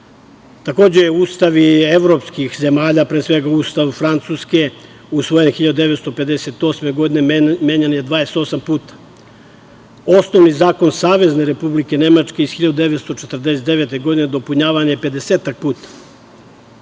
Takođe, Ustav i evropskih zemalja, pre svega Ustav Francuske usvojen 1958. godine menjan je 28 puta. Osnovni zakon Savezne Republike Nemačke iz 1949. godine dopunjavan je 50 puta.